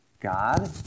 God